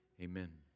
amen